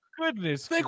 goodness